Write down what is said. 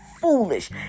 foolish